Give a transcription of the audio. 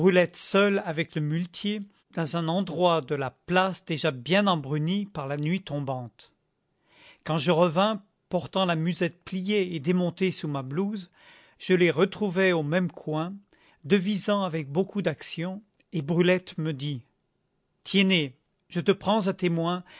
seule avec le muletier dans un endroit de la place déjà bien embruni par la nuit tombante quand je revins portant la musette pliée et démontée sous ma blouse je les retrouvai au même coin devisant avec beaucoup d'action et brulette me dit tiennet je te prends à témoin